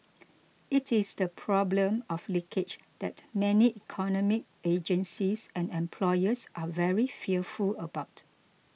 it is the problem of leakage that many economic agencies and employers are very fearful about